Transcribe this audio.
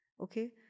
okay